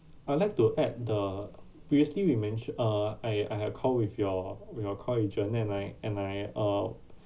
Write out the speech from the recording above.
I'd like to add the previously we mention uh I I had a call with your with your call agent and I and I uh